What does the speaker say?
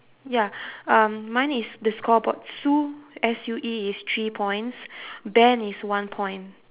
ya um mine is the scoreboard sue S U E is three points ben is one point